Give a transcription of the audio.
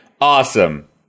Awesome